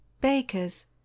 bakers